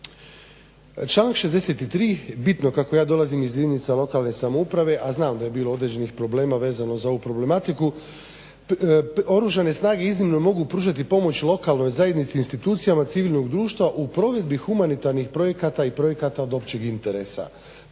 Članak 63., bitno kako ja dolazim iz jedinica lokalne samouprave, a znam da je bilo određenih problema vezano za ovu problematiku. Oružane snage iznimno mogu pružati pomoć lokalnoj zajednici, institucijama civilnog društva u provedbi humanitarnih projekata i projekata od općeg interesa.